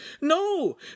No